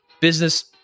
business